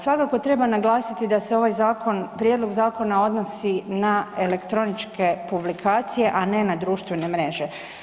Svakako treba naglasiti da se ovaj prijedlog zakona odnosi na elektroničke publikacije, a ne na društvene mreže.